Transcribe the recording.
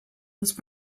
was